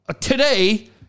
today